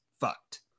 fucked